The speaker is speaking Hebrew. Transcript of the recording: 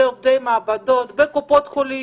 זה עובדי מעבדות בקופות החולים,